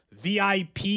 VIP